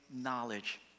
knowledge